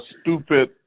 stupid